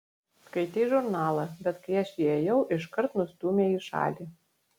skaitei žurnalą bet kai aš įėjau iškart nustūmei į šalį